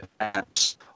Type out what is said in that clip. apps